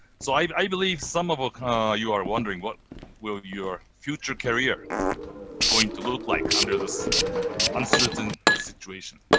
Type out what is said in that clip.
so i i believe some of ah ah you are wondering what will your future career going to look like under this uncertain situation?